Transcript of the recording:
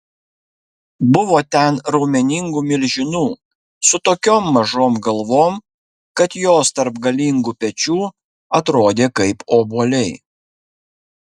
buvo ten raumeningų milžinų su tokiom mažom galvom kad jos tarp galingų pečių atrodė kaip obuoliai